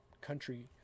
country